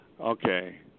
Okay